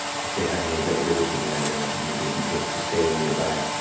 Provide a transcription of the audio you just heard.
if they have any availability there, there maybe is a place to stay nearby.